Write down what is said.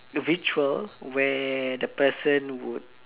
ritual where the person would